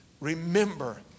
remember